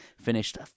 finished